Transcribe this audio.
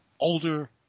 older